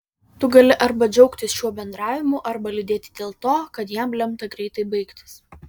tu gali arba džiaugtis šiuo bendravimu arba liūdėti dėl to kad jam lemta greitai baigtis